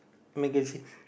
magazine